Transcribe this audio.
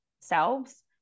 selves